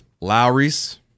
Lowry's